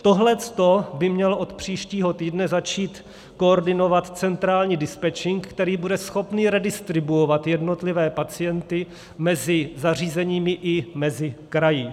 Tohle by měl od příštího týdne začít koordinovat centrální dispečink, který bude schopný redistribuovat jednotlivé pacienty mezi zařízeními i mezi kraji.